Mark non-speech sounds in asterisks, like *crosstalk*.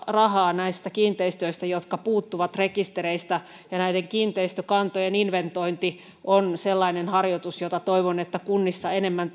rahaa näistä kiinteistöistä jotka puuttuvat rekistereistä ja näiden kiinteistökantojen inventointi on sellainen harjoitus jota toivon kunnissa enemmän *unintelligible*